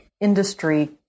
industry